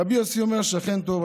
רבי יוסי אומר, שכן טוב.